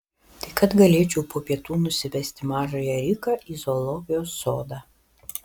tai kad galėčiau po pietų nusivesti mažąją riką į zoologijos sodą